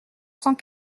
cent